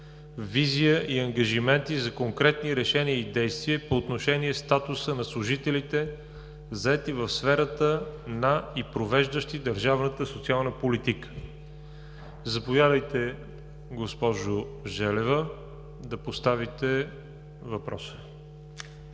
визия и ангажименти за конкретни решения и действия по отношение статуса на служителите, заети в сферата на и провеждащи държавната социална политика. Заповядайте, госпожо Желева, да поставите въпроса.